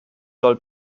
soll